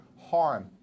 harm